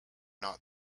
not